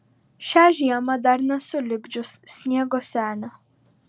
šią žiemą dar nesu lipdžius sniego senio